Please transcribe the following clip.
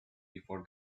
before